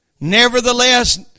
Nevertheless